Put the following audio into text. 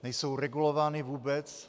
Nejsou regulovány vůbec?